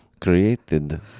created